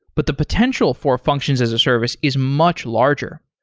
but the potential for functions as a service is much larger.